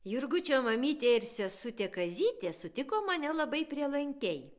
jurgučio mamytė ir sesutė kazytė sutiko mane labai prielankiai